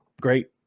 great